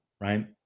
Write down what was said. right